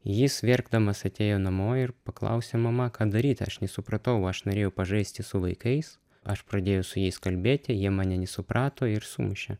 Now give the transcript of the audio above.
jis verkdamas atėjo namo ir paklausė mama ką daryti aš nesupratau aš norėjau pažaisti su vaikais aš pradėjau su jais kalbėti jie mane suprato ir sumušė